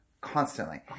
constantly